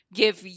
give